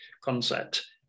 concept